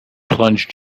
plunge